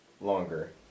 longer